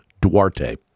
Duarte